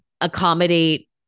accommodate